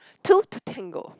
two to tango